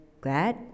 glad